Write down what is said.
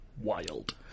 wild